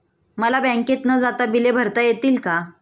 मला बँकेत न जाता बिले भरता येतील का?